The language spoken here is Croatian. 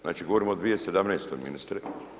Znači govorimo o 2017. ministre.